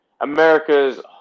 America's